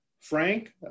Frank